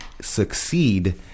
succeed